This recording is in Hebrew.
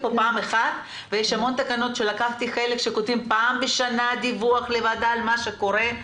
בהמון תקנות כותבים: פעם בשנה דיווח לוועדה על מה שקורה.